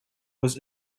was